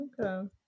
Okay